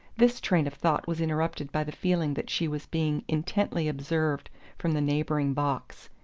this train of thought was interrupted by the feeling that she was being intently observed from the neighbouring box.